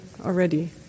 already